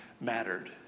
mattered